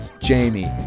Jamie